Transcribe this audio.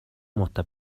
муутай